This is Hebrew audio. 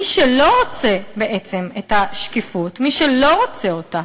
מי שלא רוצה בעצם את השקיפות, מי שלא רוצה אותה,